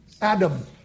Adam